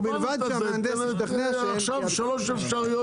ובלבד שהמהנדס --- עכשיו שלוש אפשרויות.